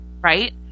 Right